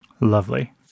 lovely